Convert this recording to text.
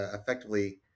effectively